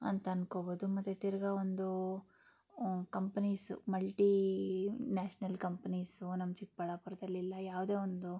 ಅಂತ ಅನ್ಕೋಬೋದು ಮತ್ತು ತಿರ್ಗಿ ಒಂದು ಕಂಪ್ನಿಸು ಮಲ್ಟಿ ನ್ಯಾಷನಲ್ ಕಂಪ್ನಿಸು ನಮ್ಮ ಚಿಕ್ಕಬಳ್ಳಾಪುರದಲ್ಲಿಲ್ಲ ಯಾವುದೇ ಒಂದು